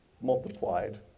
multiplied